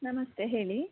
ನಮಸ್ತೆ ಹೇಳಿ